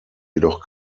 jedoch